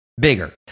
bigger